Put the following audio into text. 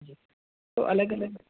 تو الگ الگ